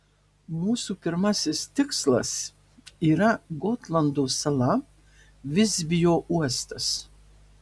mūsų pirmasis tikslas yra gotlando sala visbio uostas